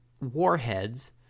warheads